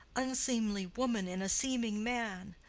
unseemly woman in a seeming man!